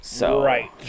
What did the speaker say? Right